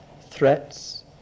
threats